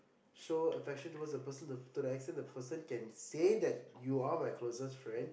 show affection towards the person to the extent that the person can say that you are my closest friend